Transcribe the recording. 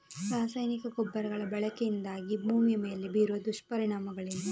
ರಾಸಾಯನಿಕ ಗೊಬ್ಬರಗಳ ಬಳಕೆಯಿಂದಾಗಿ ಭೂಮಿಯ ಮೇಲೆ ಬೀರುವ ದುಷ್ಪರಿಣಾಮಗಳೇನು?